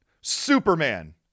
Superman